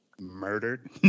murdered